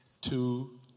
two